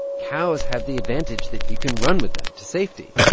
cows have the advantage that you can run with them to safety.